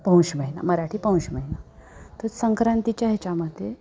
पौष महिना मराठी पौष महिना तर संक्रांतीच्या ह्याच्यामध्ये